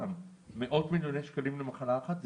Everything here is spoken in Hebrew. מאות מיליוני שקלים למחלה אחת.